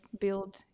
build